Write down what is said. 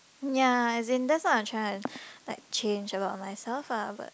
ya as in that's why I'm trying to like change about myself lah but